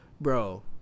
bro